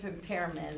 impairment